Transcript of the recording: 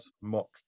mock